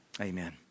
amen